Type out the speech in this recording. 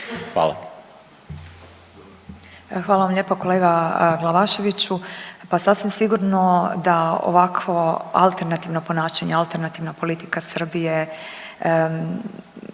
Hvala vam lijepa kolega Glavaševiću. Pa sasvim sigurno da ovakvo alternativno ponašanje, alternativna politika Srbije